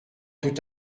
tout